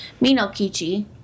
Minokichi